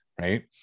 Right